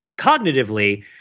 cognitively